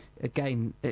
again